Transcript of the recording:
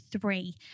three